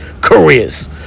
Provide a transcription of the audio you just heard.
careers